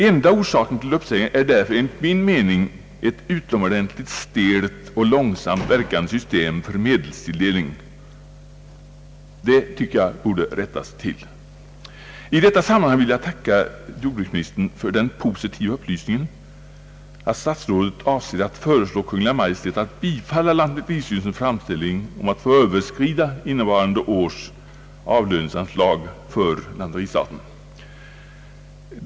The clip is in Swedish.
Enda orsaken till uppsägningen är därför enligt min mening ett utomordentligt stelt och långsamt verkande system för medelstilldelning. Det borde rättas till. I detta sammanhang vill jag tacka jordbruksministern för den positiva upplysningen, att statsrådet avser att föreslå Kungl. Maj:t att bifalla lantmäteristyrelsens framställning om att få överskrida innevarande års avlöningsanslag för lantmäteristaten.